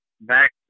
Back